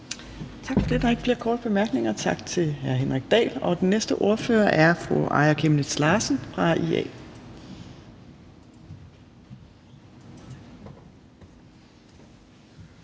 Tak for det. Der er ikke flere korte bemærkninger, så tak til hr. Henrik Dahl. Og den næste ordfører er fru Aaja Chemnitz Larsen fra IA.